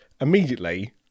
immediately